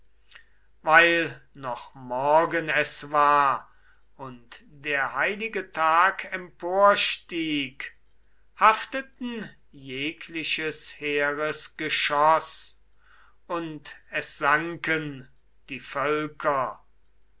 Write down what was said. weil noch morgen es war und der heilige tag emporstieg hafteten jegliches heeres geschoss und es sanken die völker